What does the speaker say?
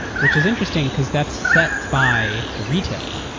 which is interesting because that's set by the retailer.